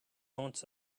haunts